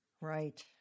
Right